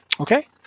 Okay